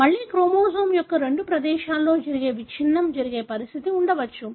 మళ్ళీ క్రోమోజోమ్ యొక్క రెండు ప్రదేశాలలో జరిగే విచ్ఛిన్నం జరిగే పరిస్థితి ఉండవచ్చు